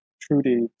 Trudy